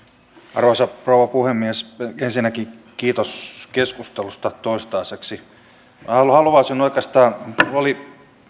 arvoisa rouva puhemies ensinnäkin kiitos keskustelusta toistaiseksi minä haluaisin oikeastaan oli